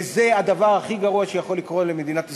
וזה הדבר הכי גרוע שיכול לקרות למדינת ישראל.